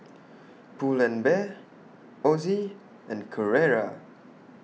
Pull and Bear Ozi and Carrera